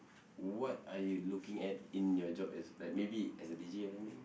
what are you looking at in your job aspect maybe as a deejay or something